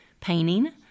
painting